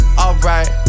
alright